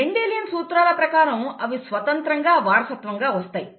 Mendelian సూత్రాల ప్రకారం అవి స్వతంత్రంగా వారసత్వంగా వస్తాయి